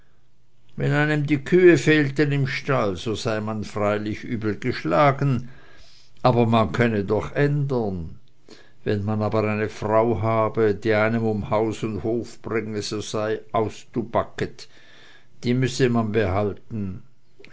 wenn einem die kühe fehlten im stalle so sei man freilich übel geschlagen aber man könne doch ändern wenn man aber eine frau habe die einen um haus und hof bringe so sei es austubaket die müsse man behalten